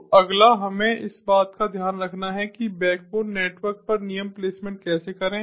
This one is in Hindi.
तो अगला हमें इस बात का ध्यान रखना है कि बैकबोन नेटवर्क पर नियम प्लेसमेंट कैसे करें